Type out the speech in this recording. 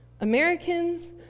Americans